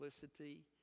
simplicity